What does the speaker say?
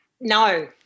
No